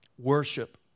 Worship